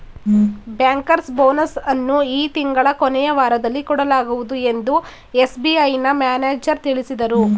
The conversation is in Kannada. ಬ್ಯಾಂಕರ್ಸ್ ಬೋನಸ್ ಅನ್ನು ಈ ತಿಂಗಳ ಕೊನೆಯ ವಾರದಲ್ಲಿ ಕೊಡಲಾಗುವುದು ಎಂದು ಎಸ್.ಬಿ.ಐನ ಮ್ಯಾನೇಜರ್ ತಿಳಿಸಿದರು